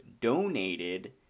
donated